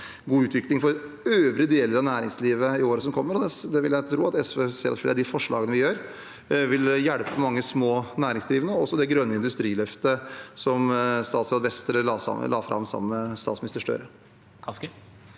god utvikling for øvrige deler av næringslivet i årene som kommer, og jeg vil tro at SV ser at de forslagene vi har, vil hjelpe mange små næringsdrivende, også det grønne industriløftet som statsråd Vestre la fram sammen med statsminister Støre.